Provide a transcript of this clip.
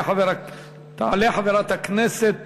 תעלה חברת הכנסת